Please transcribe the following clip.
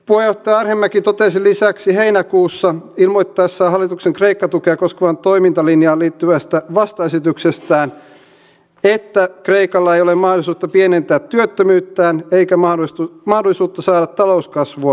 puheenjohtaja arhinmäki totesi lisäksi heinäkuussa ilmoittaessaan hallituksen kreikka tukea koskevaan toimintalinjaan liittyvästä vastaesityksestään että kreikalla ei ole mahdollisuutta pienentää työttömyyttään eikä mahdollisuutta saada talouskasvua aikaan